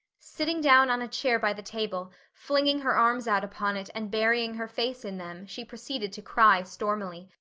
sitting down on a chair by the table, flinging her arms out upon it, and burying her face in them, she proceeded to cry stormily.